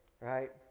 right